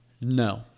No